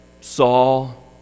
Saul